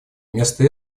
вместо